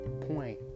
point